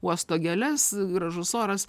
uosto gėles gražus oras